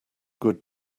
good